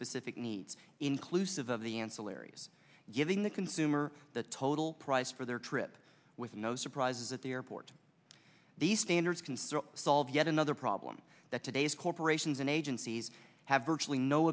specific needs inclusive of the ancillaries giving the consumer the total price for their trip with no surprises at the airport the standards can still solve yet another problem that today's corporations and agencies have virtually no